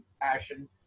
passion